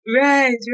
Right